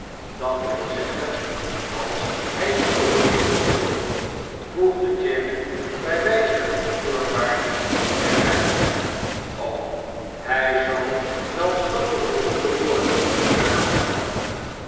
dat wil zeggen als hjj schuldig bevonden wordt voegde jerry btj wjjze van voorwaarde er bij hij zal wel schuldig bevonden worden hernam de ander